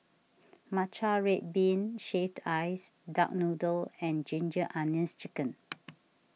Matcha Red Bean Shaved Ice Duck Noodle and Ginger Onions Chicken